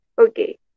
Okay